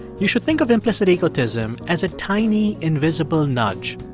you should think of implicit egotism as a tiny, invisible nudge.